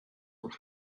were